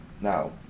Now